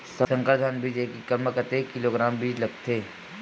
संकर धान बीज एक एकड़ म कतेक किलोग्राम बीज लगथे?